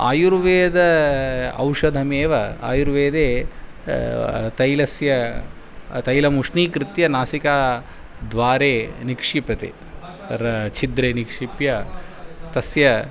आयुर्वेद औषधमेव आयुर्वेदे तैलस्य तैलमुष्णीकृत्य नासिकाद्वारे निक्षिपेत् छिद्रे निक्षिप्य तस्य